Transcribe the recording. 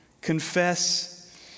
Confess